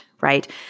right